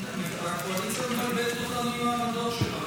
הקואליציה מבלבלת אותנו עם העמדות שלה.